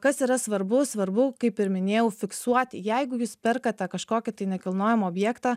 kas yra svarbu svarbu kaip ir minėjau fiksuoti jeigu jūs perkate kažkokį tai nekilnojamo objektą